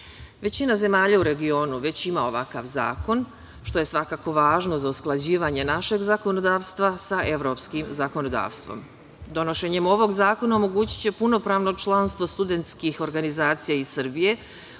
zemalja u regionu već ima ovakav zakon, što je svakako važno za usklađivanje našeg zakonodavstva sa evropskim zakonodavstvom. Donošenje ovog zakona omogućiće punopravno članstvo studentskih organizacija iz Srbije